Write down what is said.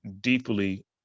deeply